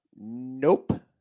Nope